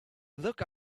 look